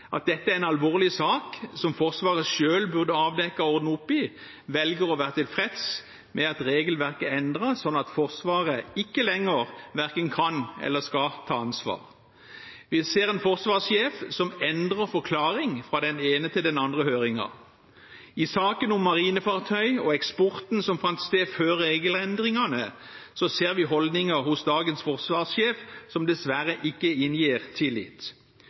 at dette er en alvorlig sak som Forsvaret selv burde avdekket og ordnet opp i, velger å være tilfreds med at regelverket er endret, slik at Forsvaret ikke lenger verken kan eller skal ta ansvar. Vi ser en forsvarssjef som endrer forklaring fra den ene til den andre høringen. I saken om marinefartøy og eksporten som fant sted før regelendringene, ser vi holdninger hos dagens forsvarssjef som dessverre ikke inngir tillit.